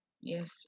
Yes